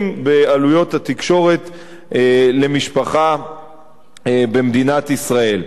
בעלויות התקשורת למשפחה במדינת ישראל.